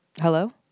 Hello